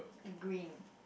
green